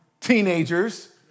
Teenagers